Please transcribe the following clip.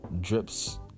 drips